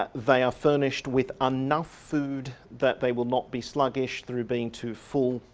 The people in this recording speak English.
ah they are furnished with enough food that they will not be sluggish through being too full,